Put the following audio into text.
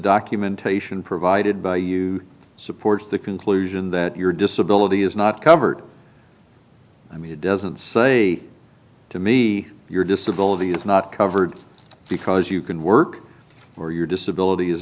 documentation provided by you supports the conclusion that your disability is not covered i mean it doesn't say to me your disability is not covered because you can work for your disability is